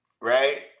right